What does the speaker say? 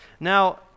Now